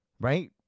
Right